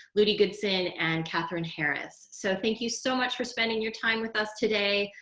ludwika goodson and catherine haras. so thank you so much for spending your time with us today.